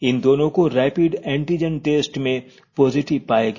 इन दोनों को rapid antigen test में पॉजिटिव पाया गया